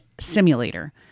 simulator